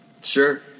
Sure